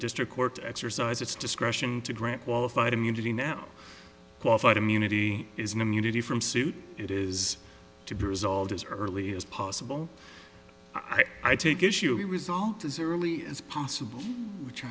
district court to exercise its discretion to grant qualified immunity now qualified immunity isn't immunity from suit it is to be resolved as early as possible i take issue resolved as early as possible which